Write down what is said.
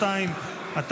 2),